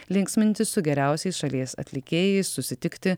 linksmintis su geriausiais šalies atlikėjais susitikti